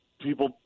people